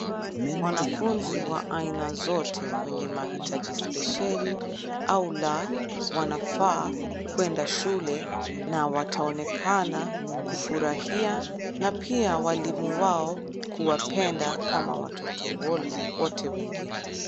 Wanafunzi wa aina zote wenye mahitaji spesheli au la wanafaa kuenda shule na wataonekana kufurahia na pia walimu wao kuwapenda kama watoto wote wengine.